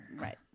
right